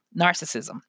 Narcissism